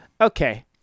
Okay